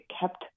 kept